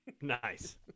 nice